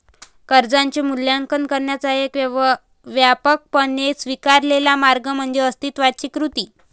कर्जाचे मूल्यांकन करण्याचा एक व्यापकपणे स्वीकारलेला मार्ग म्हणजे अस्तित्वाची कृती